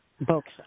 books